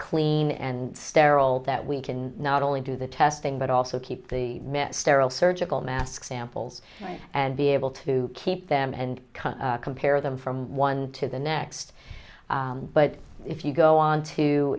clean and sterile that we can not only do the testing but also keep the men sterile surgical mask samples and be able to keep them and compare them from one to the next but if you go on to